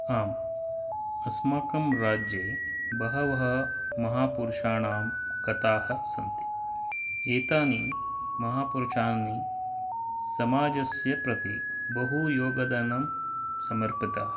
आम् अस्माकं राज्ये बहवः महापुरुषाणां कथाः सन्ति एतानि महापुरुषाणि समाजस्य प्रति बहु योगदानं समर्पिताः